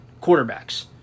quarterbacks